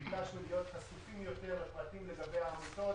ביקשנו להיות חשופים יותר לפרטים לגבי העמותות.